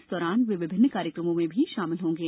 इस दौरान वे विभिन्न कार्यक्रमों में भी शामिल होंगे